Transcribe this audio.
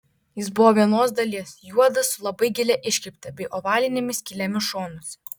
jis buvo vienos dalies juodas su labai gilia iškirpte bei ovalinėmis skylėmis šonuose